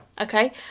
Okay